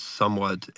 somewhat